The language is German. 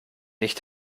nicht